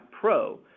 Pro